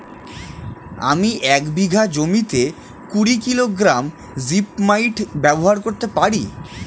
আমি এক বিঘা জমিতে কুড়ি কিলোগ্রাম জিপমাইট ব্যবহার করতে পারি?